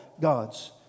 gods